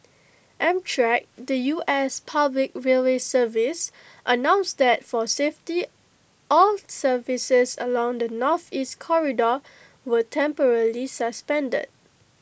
amtrak the U S public railway service announced that for safety all services along the Northeast corridor were temporarily suspended